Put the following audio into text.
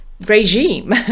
regime